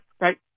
right